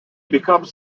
becomes